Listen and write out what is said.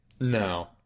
No